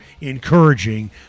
encouraging